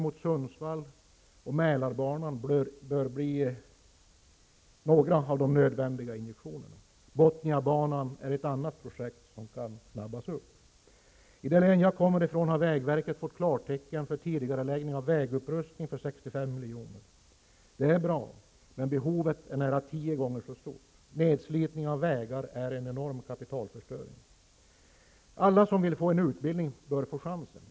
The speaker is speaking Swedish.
Mälarbanan bör bli några av de nödvändiga injektionerna. Bothniabanan är ett annat projekt som kan påskyndas. I det län jag kommer ifrån har vägverket fått klartecken för tidigareläggning av vägupprustning för 65 milj.kr. Det är bra. Men behovet är nära tio gånger så stort. Nedslitning av vägar är en enorm kapitalförstöring. Alla som vill få en utbildning bör få chansen.